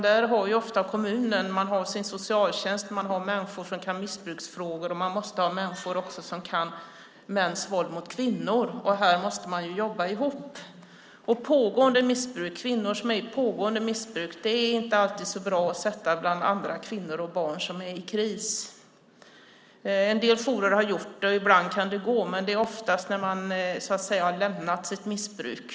Där har man ofta kommunen som har sin socialtjänst och människor som har kunskaper om missbruksfrågor, och man måste också ha människor som har kunskaper om mäns våld mot kvinnor. Här måste man jobba ihop. Det är inte alltid så bra att sätta kvinnor som har ett pågående missbruk bland andra kvinnor och barn som är i kris. En del jourer har gjort det. Ibland kan det gå, men då handlar det oftast om kvinnor som har lämnat sitt missbruk.